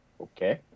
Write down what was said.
Okay